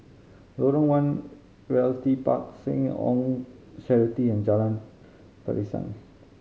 Lorong One Realty Park Seh Ong Charity and Jalan Pasiran